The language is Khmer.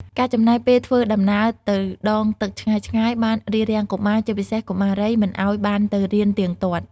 ការចំណាយពេលធ្វើដំណើរទៅដងទឹកឆ្ងាយៗបានរារាំងកុមារ ជាពិសេសកុមារី មិនឱ្យបានទៅរៀនទៀងទាត់។